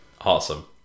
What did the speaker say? Awesome